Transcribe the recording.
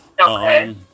Okay